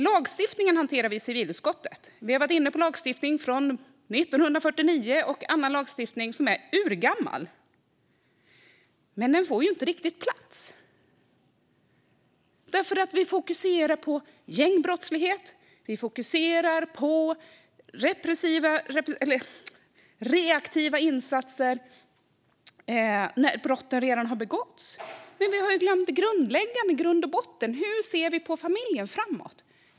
Lagstiftningen hanterar vi i civilutskottet - vi har varit inne på lagstiftning från 1949 och annan lagstiftning som är urgammal - men den får ju inte riktigt plats. Vi fokuserar nämligen på gängbrottslighet och på reaktiva insatser när brotten redan har begåtts. Vi har dock glömt det grundläggande: Hur ser vi på familjen framåt?